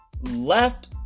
left